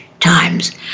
times